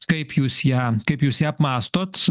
kaip jūs ją kaip jūs ją apmąstot